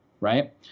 right